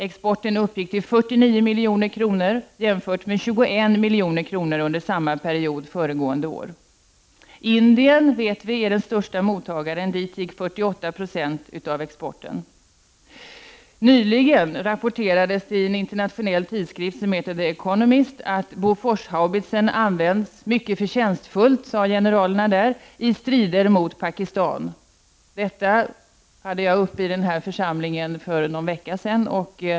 Exporten uppgick till 49 milj.kr. jämfört med 21 milj.kr. under samma period föregående år. Indien är den största mottagaren, det vet vi. Dit gick 48 90 av exporten. Nyligen rapporterades det i en internationell tidskrift som heter The Economist att Bofors-haubitsen används mycket förtjänstfullt, enligt generalerna, i strider mot Pakistan. Denna fråga tog jag upp i den här församlingen för någon vecka sedan.